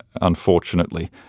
unfortunately